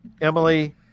Emily